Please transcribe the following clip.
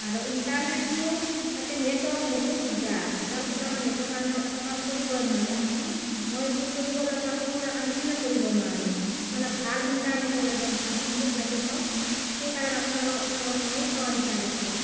আৰু ইণ্টাৰনেটটো ইয়াতে নেটৱৰ্ক বহুত দিগদাৰ ওদালগুৰিত আমাৰ নেটৱৰ্কৰ কাৰণেও একো কাম কৰিবই নোৱাৰি আনকি মই যি কৰিব লগা সৰু সুৰা কামখিনিও কৰিব নোৱাৰোঁ নহ'লে ভাল ইণ্টাৰনেটৰ একদম ভাল সংযোগ লাগে মোক সেইকাৰণে আপোনাৰ ওচৰত মই সেৱা বিচাৰিছোঁ